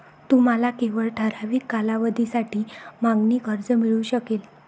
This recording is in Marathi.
तुम्हाला केवळ ठराविक कालावधीसाठी मागणी कर्ज मिळू शकेल